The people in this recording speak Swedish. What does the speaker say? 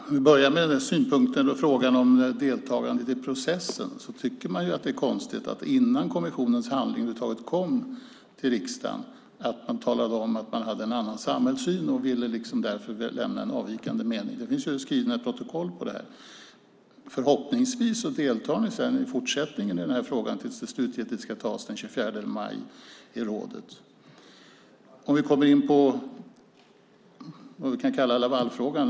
Fru talman! Vi börjar med synpunkten och frågan om deltagandet i processen. Jag kan tycka att det är konstigt att man talade om att man hade en annan samhällssyn och därför ville lämna en avvikande mening redan innan kommissionens handling över huvud taget kom till riksdagen. Det finns ju skrivna protokoll på det. Förhoppningsvis deltar ni sedan i fortsättningen i den här frågan tills den slutgiltigt ska antas den 24 maj i rådet. Sedan kommer vi in på det som vi kan kalla Lavalfrågan.